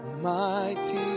mighty